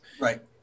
Right